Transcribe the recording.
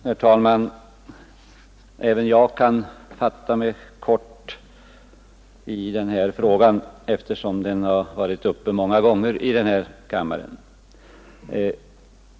Herr talman! Även jag kan fatta mig kort i den här frågan, eftersom den har varit uppe många gånger i riksdagen.